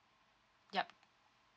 yup